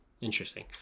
interesting